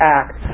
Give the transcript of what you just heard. act